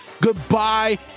Goodbye